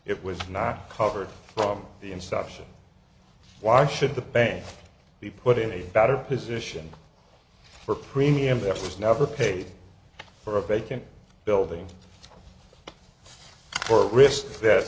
was not covered from the inception why should the bank be put in a better position for premium there was never paid for a vacant building or risk that